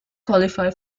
qualify